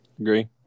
Agree